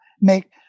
make